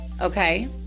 okay